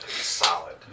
Solid